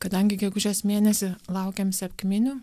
kadangi gegužės mėnesį laukiam sekminių